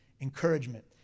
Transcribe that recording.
encouragement